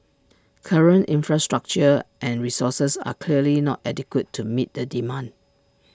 current infrastructure and resources are clearly not adequate to meet the demand